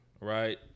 right